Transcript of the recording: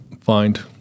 find